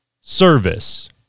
service